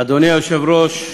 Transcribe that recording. אדוני היושב-ראש,